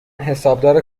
حسابدار